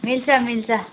मिल्छ मिल्छ